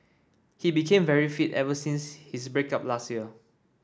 he became very fit ever since his break up last year